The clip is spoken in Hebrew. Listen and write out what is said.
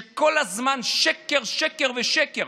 שכל הזמן שקר, שקר ושקר: